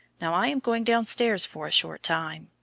now i am going downstairs for a short time,